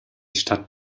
stadt